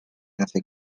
hace